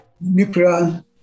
nuclear